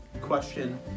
question